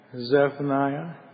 Zephaniah